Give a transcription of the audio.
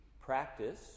practice